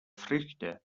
früchte